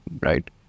right